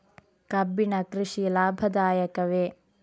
ಕಬ್ಬಿನ ಕೃಷಿ ಲಾಭದಾಯಕವೇ?